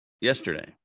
yesterday